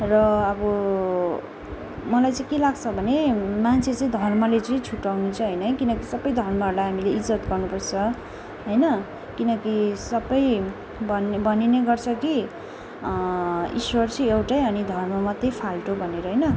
र अब मलाई चाहिँ के लाग्छ भने मान्छे चाहिँ धर्मले चाहिँ छुट्याउनु चाहिँ होइन है किनकि सबै धर्महरूलाई हामीले इज्जत गर्नुपर्छ होइन किनकि सबै भन भनिने गर्छ कि ईश्वर चाहिँ एउटै अनि धर्म मात्रै फाल्टो भनेर होइन